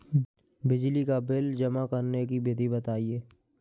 बिजली का बिल जमा करने की विधि बताइए?